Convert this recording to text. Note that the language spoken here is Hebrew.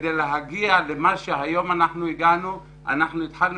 כדי להגיע למה שהגענו היום אנחנו התחלנו